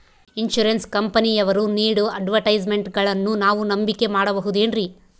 Insurance ಕಂಪನಿಯವರು ನೇಡೋ ಅಡ್ವರ್ಟೈಸ್ಮೆಂಟ್ಗಳನ್ನು ನಾವು ನಂಬಿಕೆ ಮಾಡಬಹುದ್ರಿ?